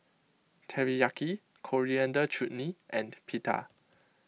Teriyaki Coriander Chutney and Pita